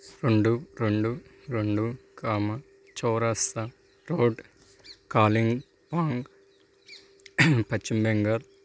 రెండు రెండు రెండు కామా చౌరస్తా రోడ్ కాలింపాంగ్ పశ్చిమ బెంగాల్